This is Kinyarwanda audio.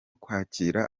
kwakira